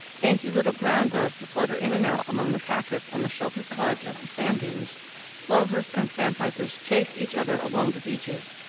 dainty little ground doves flutter in and out among the cactus on the sheltered sides of the sand dunes plovers and sandpipers chase each other along the beaches,